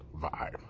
vibe